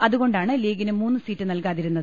അതുകൊണ്ടാണ് ലീഗിന് മൂന്ന് സീറ്റ് നൽകാതിരുന്നത്